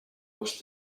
was